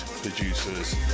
producers